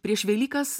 prieš velykas